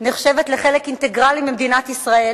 נחשבת לחלק אינטגרלי של מדינת ישראל